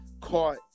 caught